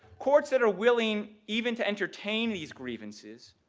courts that are willing even to entertain these grievances,